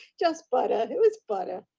just butter, it was butter.